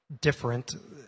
different